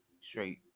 straight